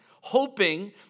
hoping